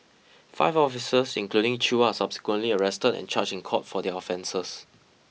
five officers including Chew are subsequently arrested and charged in court for their offences